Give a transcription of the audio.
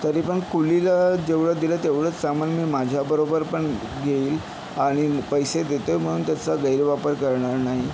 तरी पण कुलीला जेवढं दिलं तेवढंच सामान मी माझ्याबरोबर पण घेईल आणि पैसे देतो आहे म्हणून त्याचा गैरवापर करणार नाही